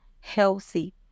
healthy